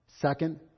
second